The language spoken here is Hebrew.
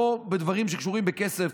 לא בדברים שקשורים בכסף,